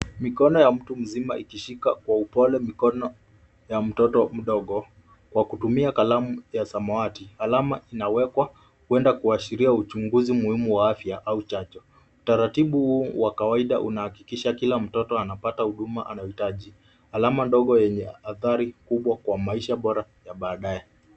Mikono ya mtu mzima ikishika kwa upole mikono ya mtoto mdogo kwa kutumia kalamu ya samawati. Alama inawekwa kuenda kuashiria uchunguzi muhimu wa afya au chanjo. Utaratibu wa kawaida unahakikisha kila mtoto anapata huduma anayohitaji, alama ndogo yenye adhari kubwa kwa maisha bora ya baadaye.